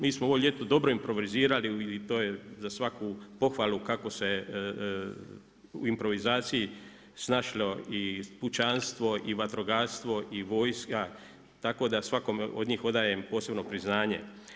Mi smo ovo ljeto dobro improvizirali i to je za svaku pohvalu kako se u improvizaciji snašlo i pučanstvo i vatrogastvo i vojska, tako da svakome od njih odajem posebno priznanje.